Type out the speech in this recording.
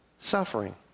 suffering